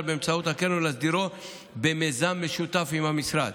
באמצעות הקרן ותסדירו במיזם משותף עם המשרד.